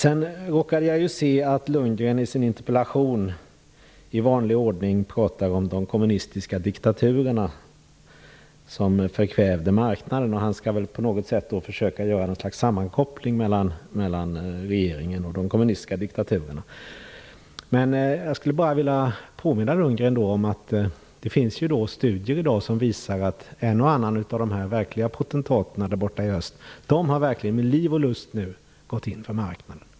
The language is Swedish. Jag råkade se att Bo Lundgren i sin interpellation i vanlig ordning tog upp de kommunistiska diktaturerna som förkvävde marknaden. Han skall väl på något sätt försöka göra ett slags sammankoppling mellan regeringen och de kommunistiska diktaturerna. Jag skulle bara vilja påminna Bo Lundgren om att det finns studier i dag som visar att en och annan av de verkliga potentaterna borta i öst med liv och lust har gått in för marknaden.